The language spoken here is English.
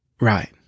Right